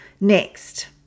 Next